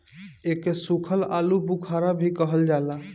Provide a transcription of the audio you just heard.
एके सुखल आलूबुखारा भी कहल जाला